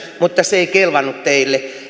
mutta se ei kelvannut teille